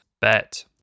bet